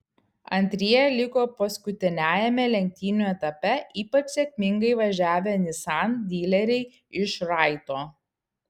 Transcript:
antrieji liko paskutiniajame lenktynių etape ypač sėkmingai važiavę nissan dileriai iš raito